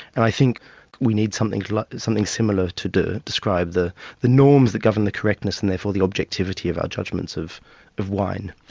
and i think we need something like something similar to to describe the the norms that govern the correctness and therefore the objectivity of our judgments of of wine.